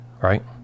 right